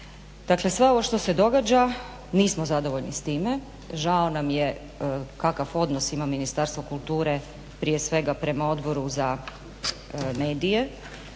Dakle, sve ovo što se događa nismo zadovoljni s time, žao nam je kakav odnos ima Ministarstvo kulture prije svega prema Odboru za medije,